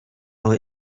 our